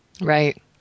Right